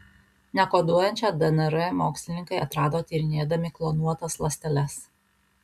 nekoduojančią dnr mokslininkai atrado tyrinėdami klonuotas ląsteles